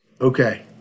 Okay